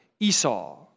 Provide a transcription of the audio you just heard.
Esau